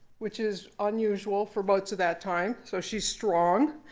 which is unusual for boats of that time, so she's strong.